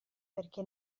perché